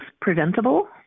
preventable